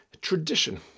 tradition